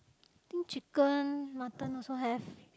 think chicken mutton also have